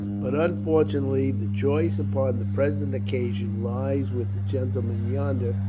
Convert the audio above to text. but unfortunately, the choice upon the present occasion lies with gentlemen yonder,